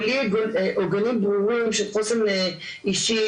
בלי עוגנים ברורים של חוסן אישי,